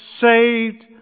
saved